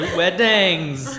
weddings